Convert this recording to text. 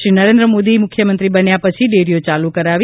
શ્રી નરેન્દ્રમોદી મુખ્યમંત્રી બન્યા પછી ડેરીઓ ચાલુ કરાવી